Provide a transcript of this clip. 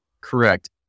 Correct